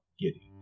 giddy